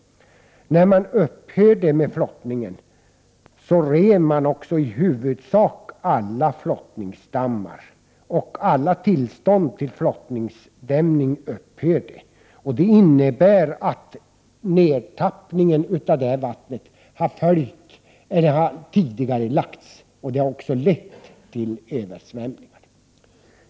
När man upphörde med flottningen rev man också i huvudsak alla flottningsdammar, och alla tillstånd till flottningsdämning upphörde. Det innebär att nedtappningen av det vattnet har tidigarelagts. Det har också lett till översvämningar.